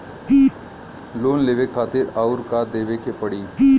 Loan लेवे खातिर अउर का देवे के पड़ी?